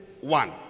one